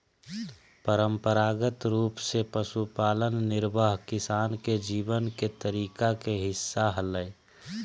परंपरागत रूप से पशुपालन निर्वाह किसान के जीवन के तरीका के हिस्सा हलय